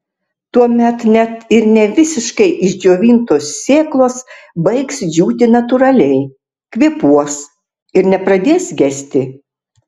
tuomet net ir ne visiškai išdžiovintos sėklos baigs džiūti natūraliai kvėpuos ir nepradės gesti